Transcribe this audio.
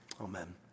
Amen